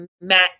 Matt